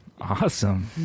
Awesome